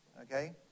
okay